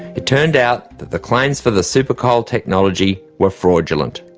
it turned out that the claims for the supercoal technology were fraudulent.